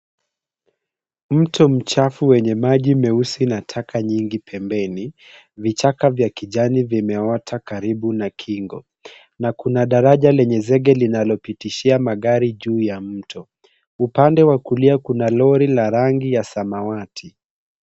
Mto mchafu wenye maji meusi na taka nyingi pembeni. Vichaka vya kijani vimeota karibu na kingo na kuna daraja lenye zege, linalopitishia magari juu ya mto. Upande wa kulia kuna lori la rangi ya samawati.